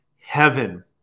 heaven